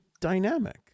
dynamic